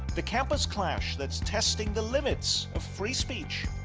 the campus clash that's testing the limits of free speech.